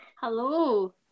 hello